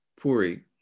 Puri